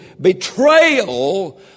betrayal